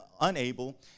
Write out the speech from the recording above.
unable